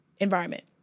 environment